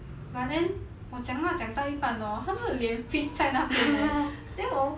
but then 我讲话讲到一半 hor 他们的脸 freeze 在那边 leh then 我